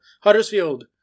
Huddersfield